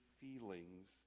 feelings